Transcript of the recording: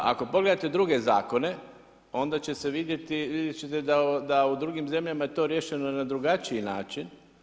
Ako pogledate druge zakone, onda će se vidjeti, vidjeti ćete da u drugim zemljama je to riješeno na drugačiji način.